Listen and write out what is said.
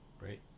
right